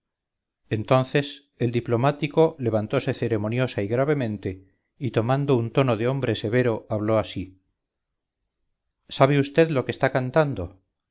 entonces el diplomático levantose ceremoniosa y gravemente y tomando un tono de hombre severo habló así sabe vd lo que está cantando